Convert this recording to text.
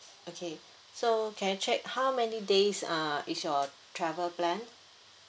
okay so can I check how many days uh is your travel plan